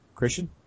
Christian